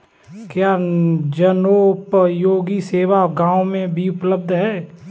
क्या जनोपयोगी सेवा गाँव में भी उपलब्ध है?